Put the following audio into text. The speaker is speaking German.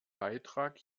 beitrag